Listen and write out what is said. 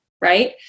right